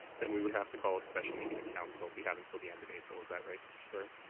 then we would have to call a special meeting of council. we have until the end of april, is that right, mr. sawyer?